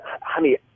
Honey